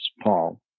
Paul